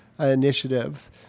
initiatives